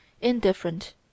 indifferent